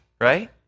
right